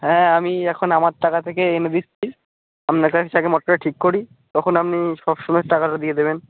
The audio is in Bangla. হ্যাঁ আমি এখন আমার টাকা থেকে এনে দিচ্ছি আপনাকে মোটরটা ঠিক করি তখন আপনি সব সমেত টাকাটা দিয়ে দেবেন